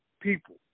people